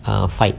how to fight